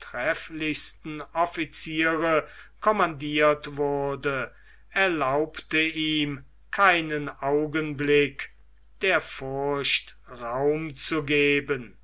trefflichsten officiere commandirt wurde erlaubte ihm keinen augenblick der furcht raum zu geben